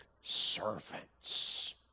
servants